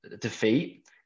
defeat